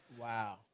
Wow